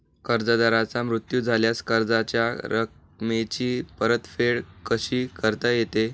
कर्जदाराचा मृत्यू झाल्यास कर्जाच्या रकमेची परतफेड कशी करता येते?